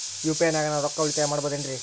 UPI ನಾಗ ನಾನು ರೊಕ್ಕ ಉಳಿತಾಯ ಮಾಡಬಹುದೇನ್ರಿ?